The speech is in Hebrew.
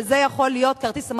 שזה יכול להיות כרטיס,